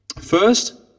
First